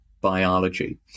biology